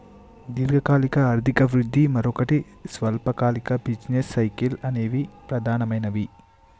దీర్ఘకాలిక ఆర్థిక వృద్ధి, మరోటి స్వల్పకాలిక బిజినెస్ సైకిల్స్ అనేవి ప్రధానమైనవి